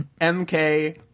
MK